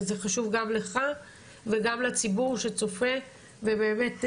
זה חשוב גם לך וגם לציבור שצופה ובאמת מוטרד.